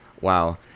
Wow